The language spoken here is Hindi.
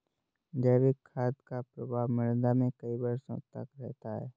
जैविक खाद का प्रभाव मृदा में कई वर्षों तक रहता है